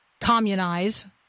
communize